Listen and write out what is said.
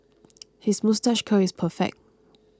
his moustache curl is perfect